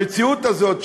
המציאות הזאת,